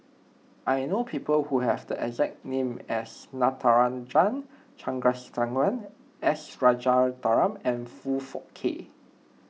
I know people who have the exact name as Natarajan Chandrasekaran S Rajaratnam and Foong Fook Kay